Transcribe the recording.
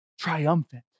Triumphant